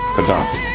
Gaddafi